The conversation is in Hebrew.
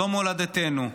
זו מולדתנו,